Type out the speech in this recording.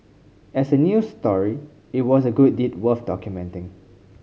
as a news story it was a good deed worth documenting